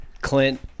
Clint